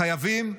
חייבים.